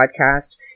podcast